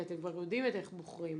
כי אתם כבר יודעים איך בוחרים.